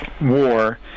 war